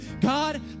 God